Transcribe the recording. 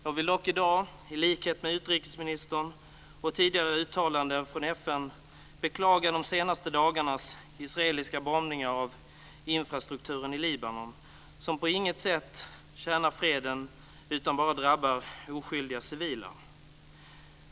Jag vill dock i dag i likhet med utrikesministern - det har tidigare också kommit uttalanden från FN - beklaga de senaste dagarnas israeliska bombningar av infrastrukturen i Libanon, som på inget sätt tjänar freden utan bara drabbar oskyldiga civila.